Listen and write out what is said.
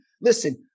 Listen